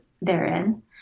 therein